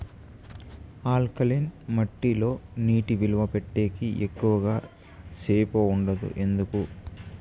alkaline మట్టి లో నీటి నిలువ పెట్టేకి ఎక్కువగా సేపు ఉండదు ఎందుకు